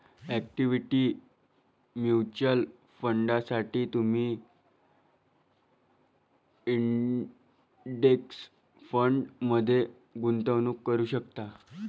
equity mutual फंडांसाठी तुम्ही index फंडमध्ये गुंतवणूक करू शकता